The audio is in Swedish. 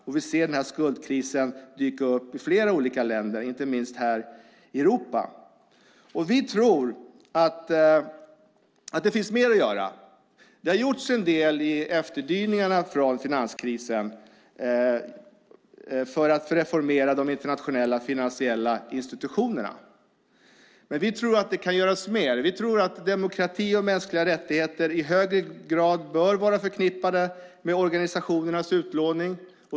Vi ser att den här skuldkrisen dyker upp i flera olika länder, inte minst här i Europa. Vi tror att det finns mer att göra. Det har gjorts en del i finanskrisens efterdyningar för att reformera de internationella finansiella institutionerna. Vi tror att det kan göras mer. Vi tror att demokrati och mänskliga rättigheter i högre grad bör vara förknippade med organisationernas utlåning.